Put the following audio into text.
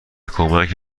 کمک